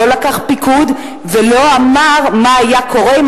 הוא לא לקח פיקוד ולא אמר מה היה קורה אם